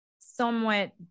somewhat